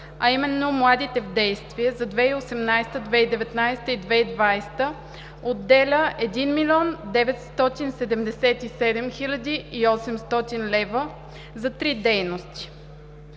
а именно „Младите в действие“ за 2018-а, 2019-а и 2020 г. отделя 1 млн. 977 хил. 800 лв. за три дейности.